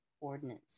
ordinance